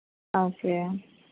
okay